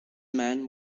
man